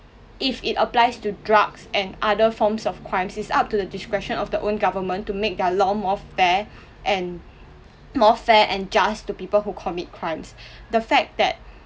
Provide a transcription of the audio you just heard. if it applies to drugs and other forms of crimes it's up to the discretion of the own government to make their law more fair and more fair and just to people who commit crimes the fact that